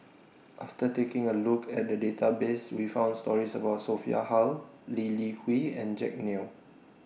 after taking A Look At The Database We found stories about Sophia Hull Lee Li Hui and Jack Neo